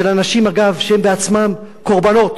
של אנשים, אגב, שהם בעצמם קורבנות.